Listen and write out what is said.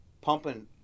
pumping